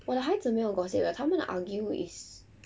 我的孩子没有 gossip 的他们的 argue is